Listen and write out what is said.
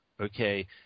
Okay